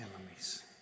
enemies